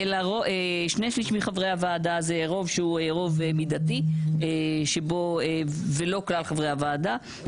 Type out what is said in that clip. שני שליש מחברי הוועדה זה רוב שהוא רוב מידתי ולא כלל חברי הוועדה,